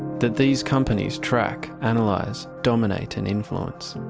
that these companies track, analyse, dominate and influence.